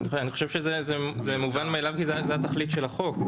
אני חושב שזה מובן מאליו כי זו התכלית של החוק.